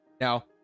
Now